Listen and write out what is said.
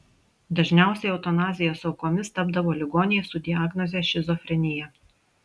dažniausiai eutanazijos aukomis tapdavo ligoniai su diagnoze šizofrenija